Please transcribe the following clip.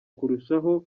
kurushaho